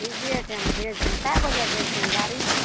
ठीके छै हम भेज देम कै बजे भेज देम गाड़ी